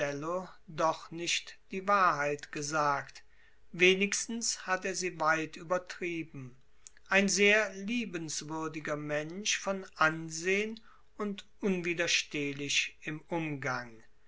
doch nicht die wahrheit gesagt wenigstens hat er sie weit übertrieben ein sehr liebenswürdiger mensch von ansehn und unwiderstehlich im umgang